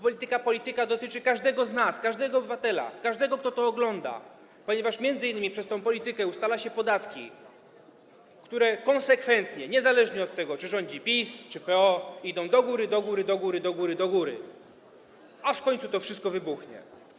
Polityka dotyczy każdego z nas, każdego obywatela, każdego, kto to ogląda, ponieważ m.in. w ramach tej polityki ustala się podatki, które konsekwentnie, niezależnie od tego, czy rządzi PiS, czy PO, idą do góry, do góry, do góry, aż w końcu to wszystko wybuchnie.